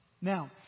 Now